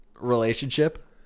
relationship